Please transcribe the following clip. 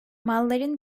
malların